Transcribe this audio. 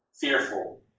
fearful